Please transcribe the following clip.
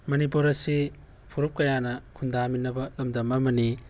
ꯃꯅꯤꯄꯨꯔ ꯑꯁꯤ ꯐꯨꯔꯨꯞ ꯀꯌꯥꯅ ꯈꯨꯟꯗꯥꯃꯤꯟꯅꯕ ꯂꯝꯗꯝ ꯑꯃꯅꯤ